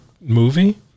movie